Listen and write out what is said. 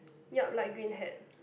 yup light green hat